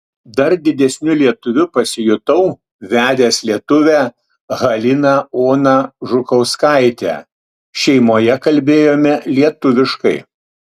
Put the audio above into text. dar didesniu lietuviu pasijutau vedęs lietuvę haliną oną žukauskaitę šeimoje kalbėjome lietuviškai